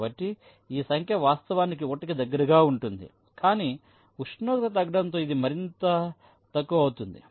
కాబట్టి ఈ సంఖ్య వాస్తవానికి 1 కి దగ్గరగా ఉంటుంది కానీ ఉష్ణోగ్రత తగ్గడంతో ఇది మరింత తక్కువ అవుతుంది